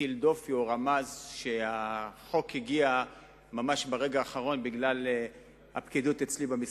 הטיל דופי או רמז שהחוק הגיע ממש ברגע האחרון בגלל הפקידוּת אצלי במשרד.